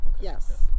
Yes